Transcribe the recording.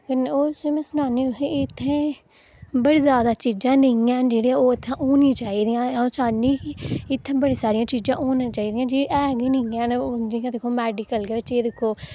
हून में तुसेंगी में सनानी इत्थें बड़ी जोदै चीड़ां नेईं है'न जेह्ड़ियां इत्थें होनियां चाही दियां हियां अं'ऊ चाह्न्नी कि इत्थें बड़ियां सारियां चीज़ां होनियां चाही दियां जे ऐ गै निं है'न हू'न जि'यां दिक्खो मेडिकल च गै दिक्खो